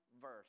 verse